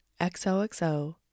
XOXO